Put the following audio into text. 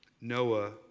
Noah